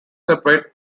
separate